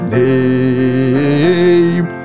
name